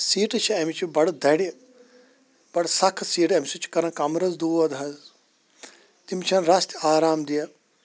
سیٖٹہٕ چھِ امِچہِ بَڑٕ دَرِ بَڑٕ سخٕت سیٖٹہٕ امہِ سۭتۍ چھُ کَران کَمرَس دود حَظ تِم چھنہٕ رَس تہِ آرام دِٮ۪ہہ